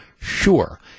Sure